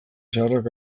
zaharrak